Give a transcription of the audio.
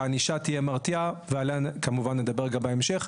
שהענישה תהיה מרתיעה ועליה כמובן נדבר גם בהמשך.